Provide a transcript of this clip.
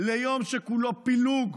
ליום שכולו פילוג.